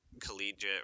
collegiate